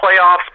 playoffs